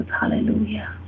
Hallelujah